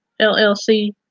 LLC